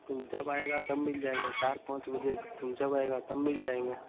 तुम जब आएगा तब मिल जाएँगे चार पाँच बजे तुम जब आएगा तब मिल जाएँगे